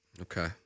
Okay